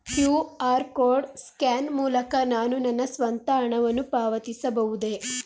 QR code scan ಮೂಲಕ ನಾನು ನನ್ನ ಸ್ವಂತ ಹಣವನ್ನು ಪಾವತಿಸಬಹುದೇ?